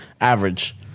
average